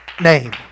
name